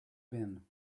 been